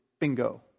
bingo